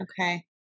okay